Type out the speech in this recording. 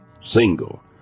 Single